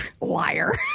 liar